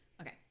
okay